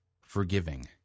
forgiving